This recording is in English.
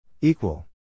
Equal